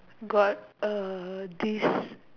got a this